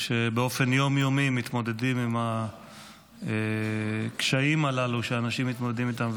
שבאופן יום-יומי מתמודדים עם הקשיים הללו שאנשים מתמודדים איתם.